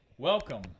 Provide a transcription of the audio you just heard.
welcome